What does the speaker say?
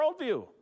worldview